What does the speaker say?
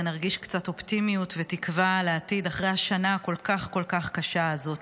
ונרגיש קצת אופטימיות ותקווה לעתיד אחרי השנה הקשה כל כך כל כך הזאת.